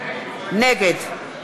נגד